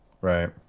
right